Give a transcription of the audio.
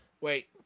wait